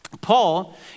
Paul